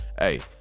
hey